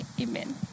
amen